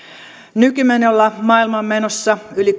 nykymenolla maailma on menossa yli